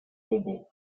oboe